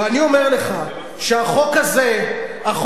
ואני אומר לך שהחוק הזה רע.